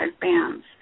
bands